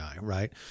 right